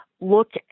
look